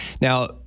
Now